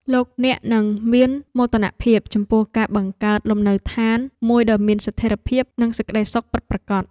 លោកអ្នកនឹងមានមោទនភាពចំពោះការបង្កើតលំនៅឋានមួយដ៏មានស្ថិរភាពនិងសេចក្ដីសុខពិតប្រាកដ។